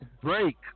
Break